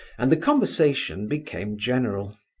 and the conversation became general.